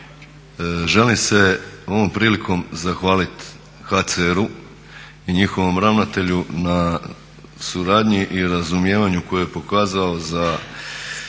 Želim se ovom prilikom zahvalit HCR-u i njihovom ravnatelju na suradnji i razumijevanju koje je pokazao